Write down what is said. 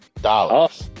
dollars